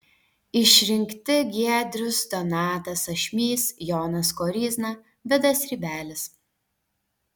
išrinkti giedrius donatas ašmys jonas koryzna vidas rybelis